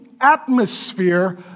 atmosphere